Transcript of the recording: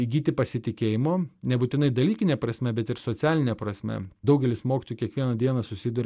įgyti pasitikėjimo nebūtinai dalykine prasme bet ir socialine prasme daugelis mokytojų kiekvieną dieną susiduria